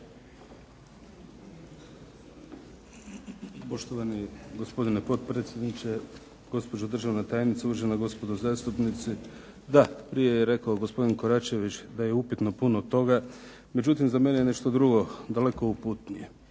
Poštovani gospodine potpredsjedniče, gospođo državna tajnice, uvaženo gospodo zastupnici. Da, prije je rekao gospodin Koračević da je upitno puno toga. Međutim, za mene je nešto drugo daleko upitnije.